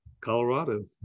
Colorado